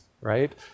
right